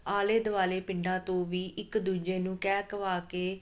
ਆਲੇ ਦੁਆਲੇ ਪਿੰਡਾਂ ਤੋਂ ਵੀ ਇੱਕ ਦੂਜੇ ਨੂੰ ਕਹਿ ਕਵਾ ਕੇ